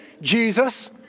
Jesus